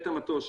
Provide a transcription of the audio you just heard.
את המטוש